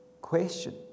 question